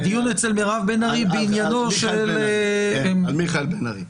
כן, בנושא של ד"ר מיכאל בן ארי.